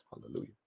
Hallelujah